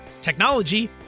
technology